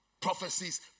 Prophecies